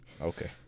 Okay